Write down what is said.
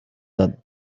that